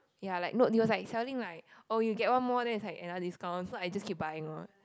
ya like no it was like selling like oh you get one more then it's like another discount so I just keep buying lor